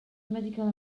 medical